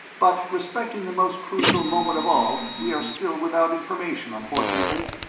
but respecting the most crucial moment of all, we are still without information, unfortunately.